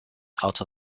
out